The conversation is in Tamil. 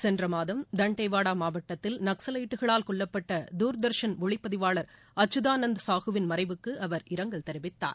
சென்ற மாதம் தண்டேவாடா மாவட்டத்தில் நக்சவைட்டுகளால் கொல்லப்பட்ட துர்தர்ஷன் ஒளிப்பதிவாளர் அச்சு தானந்த் சாஹுவின் மறைவுக்கு அவர் இரங்கல் தெரிவித்தார்